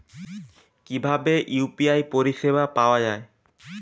কিভাবে ইউ.পি.আই পরিসেবা পাওয়া য়ায়?